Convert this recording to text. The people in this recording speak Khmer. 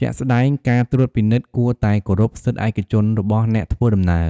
ជាក់ស្ដែងការត្រួតពិនិត្យគួរតែគោរពសិទ្ធិឯកជនរបស់អ្នកធ្វើដំណើរ